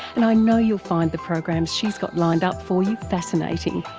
and i know you'll find the programs she's got lined up for you fascinating,